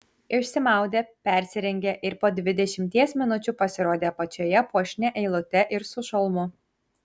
išsimaudė persirengė ir po dvidešimties minučių pasirodė apačioje puošnia eilute ir su šalmu